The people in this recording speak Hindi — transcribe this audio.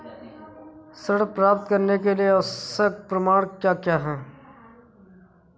ऋण प्राप्त करने के लिए आवश्यक प्रमाण क्या क्या हैं?